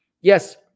Yes